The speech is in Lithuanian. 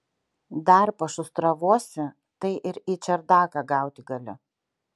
dar pašustravosi tai ir į čerdaką gauti gali